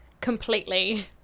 completely